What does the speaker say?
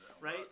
right